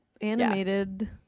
animated